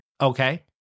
Okay